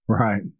Right